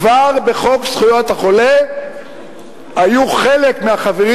כבר בחוק זכויות החולה היו חלק מהחברים